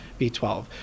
b12